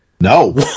No